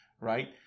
right